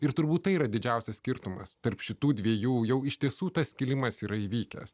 ir turbūt tai yra didžiausias skirtumas tarp šitų dviejų jau iš tiesų tas kilimas yra įvykęs